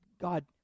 God